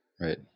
right